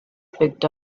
picked